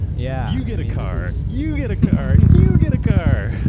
yeah you get a car. you get a car. you get a car.